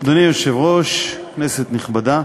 אדוני היושב-ראש, כנסת נכבדה,